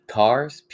cars